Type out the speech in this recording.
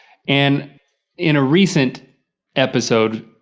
and in a recent episode,